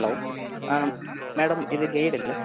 hello ആ madam ഇത് guide അല്ലേ